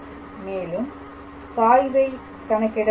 மேலும் சாய்வை கணக்கிட வேண்டும்